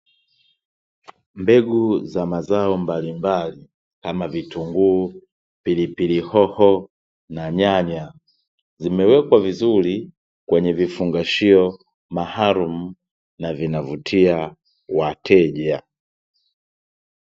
Mbegu za mazao mbalimbali kama vitunguu, pilipili hoho na nyanya. Zimewekwa vizuri kwenye vifungashio maalumu na vinavutia wateja.